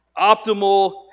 Optimal